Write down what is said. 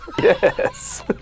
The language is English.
Yes